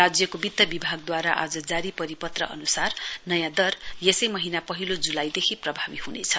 राज्यको वित्त विभागद्वारा आज जारी परिपत्र अन्सार नयाँ दर यसै वर्ष पहिलो जुलाईदेखि प्रभावी ह्नेछ